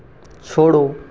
छोड़ो